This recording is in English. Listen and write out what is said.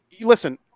listen